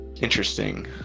Interesting